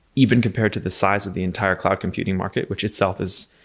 even compared to the size of the entire cloud computing market, which itself is,